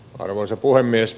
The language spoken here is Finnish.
arvoisa puhemies